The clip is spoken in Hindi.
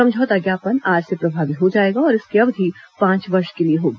समझौता ज्ञापन आज से प्रभावी हो जायेगा और इसकी अवधि पांच वर्ष के लिए होगी